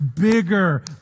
bigger